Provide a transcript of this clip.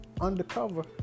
undercover